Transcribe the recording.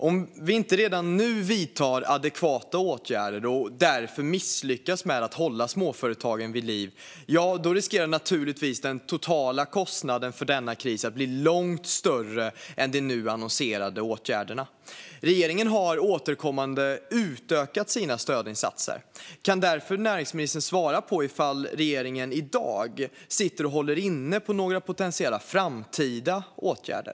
Fru talman! Om vi inte vidtar adekvata åtgärder redan nu och därför misslyckas med att hålla småföretagen vid liv, ja, då finns det risk att den totala kostnaden för denna kris blir långt större än de nu annonserade åtgärderna. Regeringen har återkommande utökat sina stödinsatser. Kan näringsministern svara på om regeringen i dag sitter och håller inne med några potentiella framtida åtgärder?